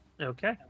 Okay